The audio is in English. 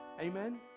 Amen